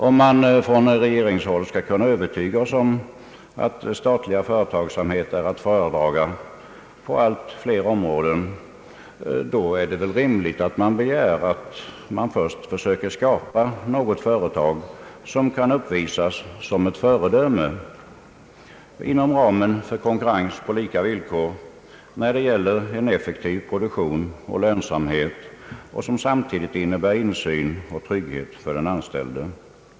Om man från regeringshåll skall kunna övertyga oss om att statlig företagsamhet är att föredra på allt fler områden, då är det väl rimligt att begära att det först skapas något företag som kan uppvisas som ett föredöme inom ramen för konkurrens på lika villkor när det gäller effektiv produktion och lönsamhet och som samtidigt innebär insyn och trygghet för den anställde.